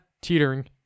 teetering